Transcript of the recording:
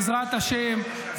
בעזרת השם.